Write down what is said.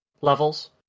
levels